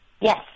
Yes